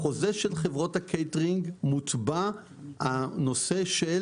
בחוזה של חברות הקייטרינג מוטבע הנושא של